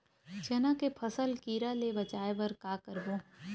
चना के फसल कीरा ले बचाय बर का करबो?